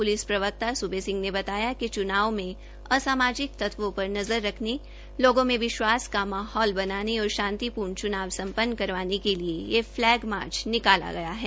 police प्रवक्ता सूबे सिंह ने बताया कि च्नाव में असामाजिक तत्वों पर नज़र रखने लोगों में विश्वास का माहौल बनाने और शांतिप्र्ण च्नाव सम्पन्न करवाने के लिए यह फ्लैग मार्च निकाला गया है